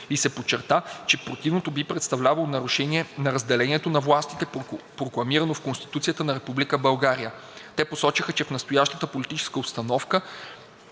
и се подчерта, че противното би представлявало нарушение на разделението на властите, прокламирано в Конституцията на Република България. Те посочиха, че в настоящата политическа обстановка,